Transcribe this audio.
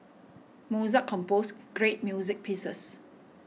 Mozart composed great music pieces